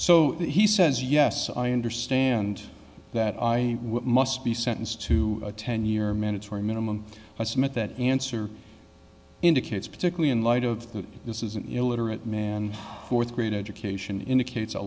so he says yes i understand that i must be sentenced to a ten year mandatory minimum i submit that answer indicates particularly in light of this is an illiterate may fourth grade education indicates a